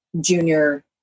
junior